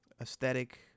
aesthetic